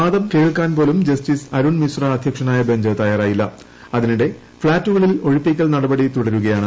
വാദം കേൾക്കാൻപോലും ജസ്റ്റിസ് അരുൺ മിശ്ര അധ്യക്ഷനായ ബഞ്ച് തയ്യാറായില്ല് അതിനിടെ ഫ്ളാറ്റുകളിൽ ഒഴിപ്പിക്കൽ നടപടി തുടരുകയാണ്